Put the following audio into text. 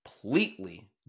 completely